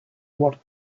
worked